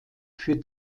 für